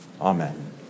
Amen